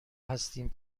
هستیم